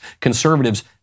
Conservatives